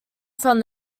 from